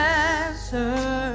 answer